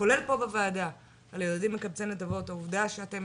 כולל פה בוועדה על ילדים מקבצי נדבות - העובדה שאתם